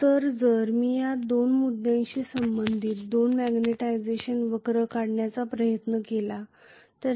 तर जर मी या दोन मुद्द्यांशी संबंधित दोन मॅग्निटायझेशन वक्र काढण्याचा प्रयत्न केला तर